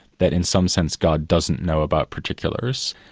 that in some sense god doesn't know about particulars.